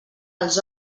els